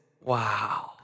Wow